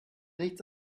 nichts